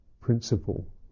principle